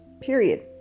period